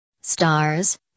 Stars